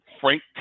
Frank